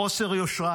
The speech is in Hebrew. חוסר יושרה,